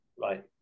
right